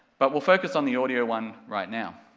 but we'll focus on the audio one right now.